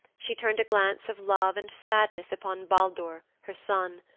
she turned a glance of love and sadness upon baldur, her son,